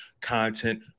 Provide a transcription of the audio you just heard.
content